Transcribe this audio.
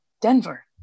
Denver